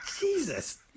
jesus